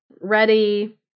ready